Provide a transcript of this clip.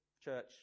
church